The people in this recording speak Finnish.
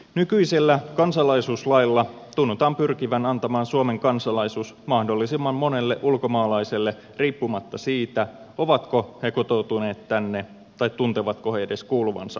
nykyisellä kansalaisuuslailla tunnutaan pyrkivän antamaan suomen kansalaisuus mahdollisimman monelle ulkomaalaiselle riippumatta siitä ovatko he kotoutuneet tänne tai tuntevatko he edes kuuluvansa yhteiskuntaamme